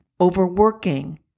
overworking